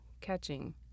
catching